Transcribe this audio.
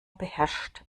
beherrscht